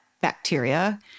bacteria